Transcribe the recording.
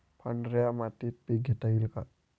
पांढऱ्या मातीत पीक घेता येईल का?